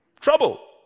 Trouble